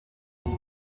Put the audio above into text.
die